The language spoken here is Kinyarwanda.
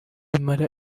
bimara